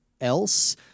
else